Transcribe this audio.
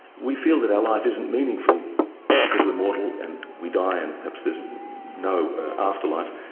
we feel that our life isn't meaningful because we're mortal and we die, and perhaps there's no afterlife,